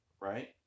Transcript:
right